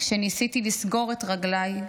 כשניסיתי לסגור את רגליי,